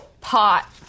pot